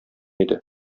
иде